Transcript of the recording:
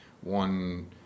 one